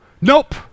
nope